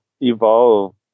evolve